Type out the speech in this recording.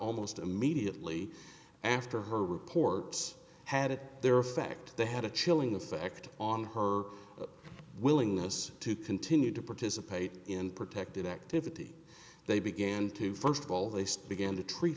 almost immediately after her reports had it there a fact they had a chilling effect on her willingness to continue to participate in protected activity they began to first of all they sed began to treat